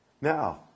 Now